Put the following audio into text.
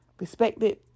respected